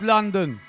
London